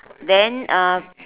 then uh